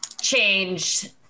changed